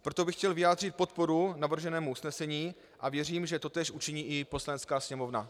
Proto bych chtěl vyjádřit podporu navrženému usnesení a věřím, že totéž učiní i Poslanecká sněmovna.